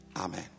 Amen